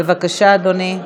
בבקשה, אדוני.